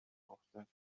افتد